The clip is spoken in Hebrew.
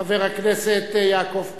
חבר הכנסת יעקב כץ,